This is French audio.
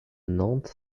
nantes